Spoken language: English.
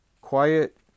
quiet